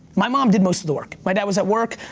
my mom did most of the work. my dad was at work.